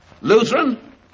Lutheran